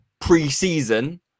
pre-season